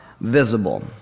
visible